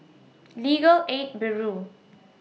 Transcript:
Legal Aid Bureau